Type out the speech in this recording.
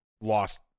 lost